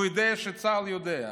והוא יודע שצה"ל יודע.